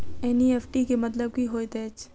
NEFT केँ मतलब की होइत अछि?